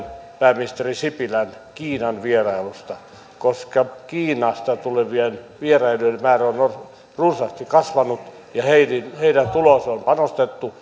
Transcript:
pääministeri sipilän kiinan vierailusta koska kiinasta tulevien vieraiden määrä on runsaasti kasvanut ja heidän tuloonsa on panostettu